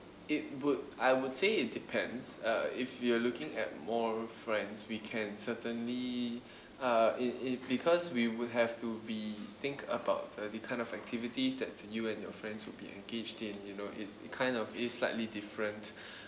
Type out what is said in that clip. it would I would say it depends uh if you're looking at more friends we can certainly uh it it because we would have to be think about the the kind of activities that you and your friends will be engaged in you know it's~ it kind of it's slightly different